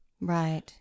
Right